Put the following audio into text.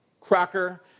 cracker